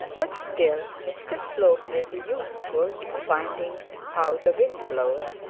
but still mr slope may be useful in finding how the wind blows,